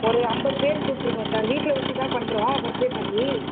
ஒரு ஐம்பது பேர் கூப்பிட்ருக்கோம் சார் வீட்டில் வச்சுதான் பண்ணுறோம் பர்த்டே பார்ட்டி